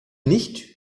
nicht